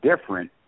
different